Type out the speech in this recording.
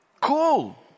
Cool